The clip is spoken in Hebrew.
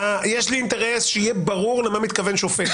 יהיה ברור למה מתכוון שופט.